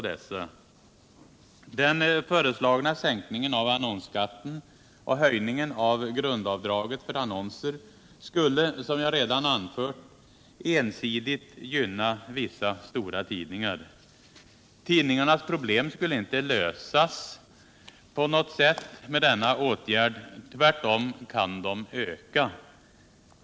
Den föreslagna sänkningen av annonsskatten och höjningen av grundavdraget för annonser skulle, som jag redan anfört, ensidigt gynna vissa stora tidningar. Tidningarnas problem skulle inte på något sätt lösas med denna åtgärd. Tvärtom kan de öka.